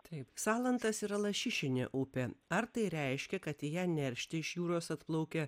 taip salantas yra lašišinė upė ar tai reiškia kad ja neršti iš jūros atplaukia